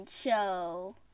Show